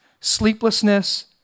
sleeplessness